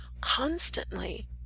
constantly